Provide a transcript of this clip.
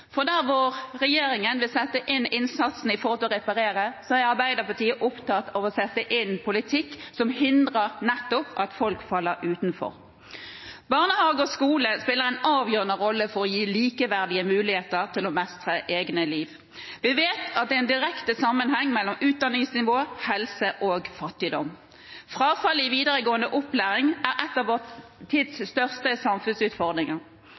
for der hvor regjeringen vil sette inn innsatsen for å reparere, er Arbeiderpartiet opptatt av å sette inn politikk som nettopp hindrer at folk faller utenfor. Barnehage og skole spiller en avgjørende rolle for å gi likeverdige muligheter til å mestre eget liv. Vi vet at det er en direkte sammenheng mellom utdanningsnivå, helse og fattigdom. Frafall i videregående opplæring er en av